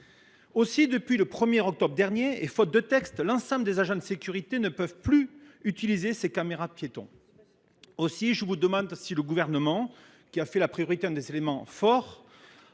Aussi, depuis le 1 octobre dernier, faute de texte, l’ensemble des agents de sécurité ne peuvent plus utiliser ces caméras piétons. Dès lors, je vous demande si le Gouvernement, qui a fait de la sécurité une priorité forte,